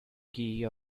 key